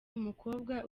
umukobwa